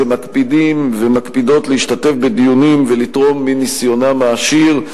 שמקפידות ומקפידים להשתתף בדיונים ולתרום מניסיונם העשיר,